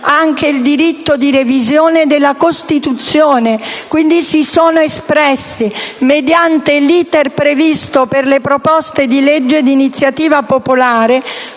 anche il diritto di revisione della Costituzione. Quindi, quei cittadini si sono espressi, mediante l'*iter* previsto per le proposte di legge d'iniziativa popolare,